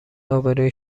آبروی